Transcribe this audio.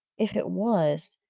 if it was,